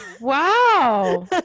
Wow